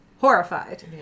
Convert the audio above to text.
horrified